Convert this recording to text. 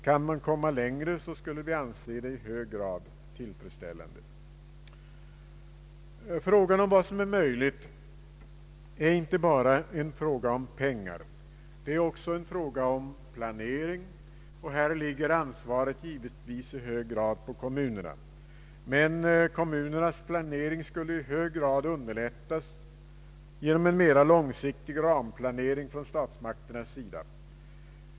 Kan man komma längre, skulle vi anse det i hög grad tillfredsställande. Frågan om vad som är möjligt är inte bara en fråga om pengar. Det är också fråga om planering. Här ligger ansvaret givetvis i hög grad på kommunerna. Men kommunernas planering skulle väsentligt underlättas genom en mera långsiktig ramplanering från statsmakternas sida.